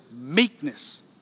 meekness